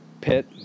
pit